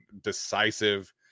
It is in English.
decisive